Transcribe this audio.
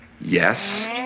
yes